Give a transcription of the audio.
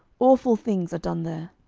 awful things are done there